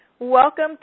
Welcome